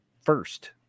first